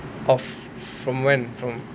err from when from